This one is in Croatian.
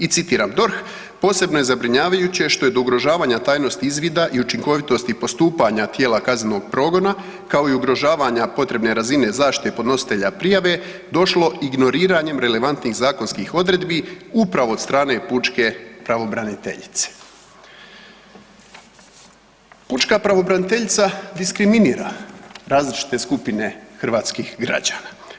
I citiram DORH, „Posebno je zabrinjavajuće što je do ugrožavanja tajnosti izvida i učinkovitosti postupanja tijela kaznenog progona kao i ugrožavanja potrebne razine zaštite podnositelja prijave, došlo ignoriranjem relevantnih zakonskih odredbi upravo od strane pučke pravobraniteljice.“ Pučka pravobraniteljica diskriminira različite skupine hrvatskih građana.